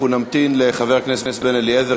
אנחנו נמתין לחבר הכנסת בן-אליעזר